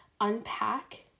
unpack